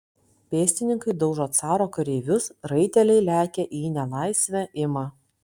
pėstininkai daužo caro kareivius raiteliai lekia į nelaisvę ima